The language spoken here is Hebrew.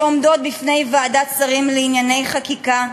שעומדות בפני ועדת שרים לענייני חקיקה,